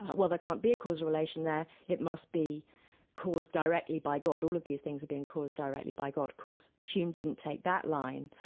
ah well there can't be a causal relation there, it must be caused directly by god. all of these things are being caused directly by god. of course hume didn't take that line.